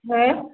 हा